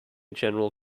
general